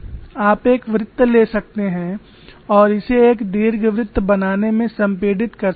आप एक वृत्त ले सकते हैं और इसे एक दीर्घवृत्त बनाने में संपीड़ित कर सकते हैं